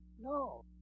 No